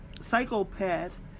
psychopath